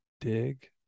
dig